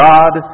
God